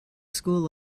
school